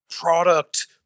product